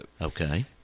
Okay